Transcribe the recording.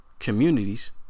communities